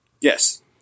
Yes